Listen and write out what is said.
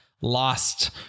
lost